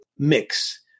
mix